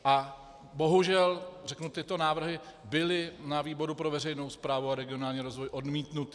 A bohužel tyto návrhy byly na výboru pro veřejnou správu a regionální rozvoj odmítnuty.